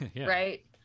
right